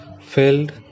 filled